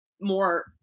more